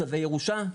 צווי ירושה,